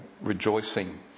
rejoicing